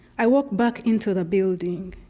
i walk back into the building.